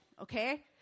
okay